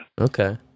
Okay